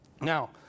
Now